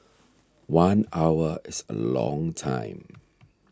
one hour is a long time